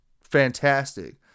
fantastic